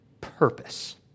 purpose